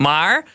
Maar